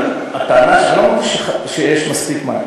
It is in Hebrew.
הטענה לא שיש מספיק מים,